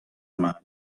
محل